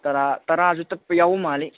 ꯇꯔꯥ ꯇꯔꯥꯁꯨ ꯇꯠꯄ ꯌꯥꯎꯕ ꯃꯥꯜꯂꯤ